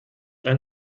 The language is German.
ein